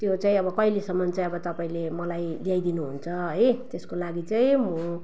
त्यो चाहिँ अब कहिलेसम्मन् चाहिँ अब तपाईँले मलाई ल्याइदिनु हुन्छ है त्यसको लागि चाहिँ म